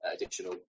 additional